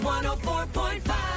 104.5